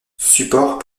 support